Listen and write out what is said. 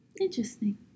Interesting